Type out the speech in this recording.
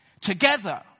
Together